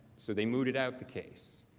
so they booted out the case,